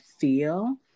feel